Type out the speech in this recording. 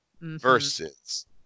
versus